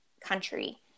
country